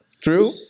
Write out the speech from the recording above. True